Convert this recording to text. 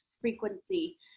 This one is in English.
frequency